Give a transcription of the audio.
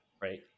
right